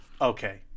Okay